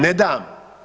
Ne dam.